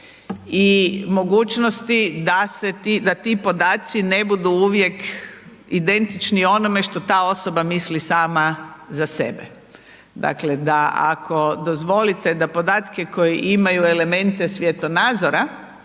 i mogućnosti da se ti, da ti podaci ne budu uvijek identični onome što ta osoba misli sama za sebe, dakle da ako dozvolite da podatke koji imaju elemente svjetonazora,